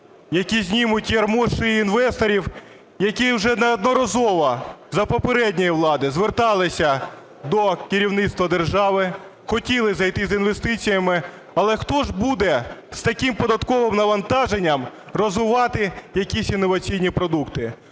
які знімуть ярмо з шиї інвесторів, які вже неодноразово за попередньої влади зверталися до керівництва держави, хотіли зайти з інвестиціями, але хто ж буде з таким податковим навантаженням розвивати якісь інноваційні продукти.